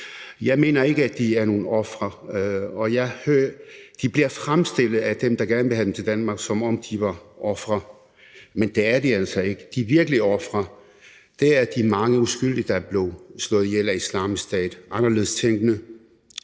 Jeg mener ikke, at de er nogle ofre. De bliver fremstillet af dem, der gerne vil have dem til Danmark, som om de var ofre, men det er de altså ikke. De virkelige ofre er de mange uskyldige, der blev slået ihjel af Islamisk Stat: anderledes tænkende,